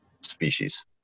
species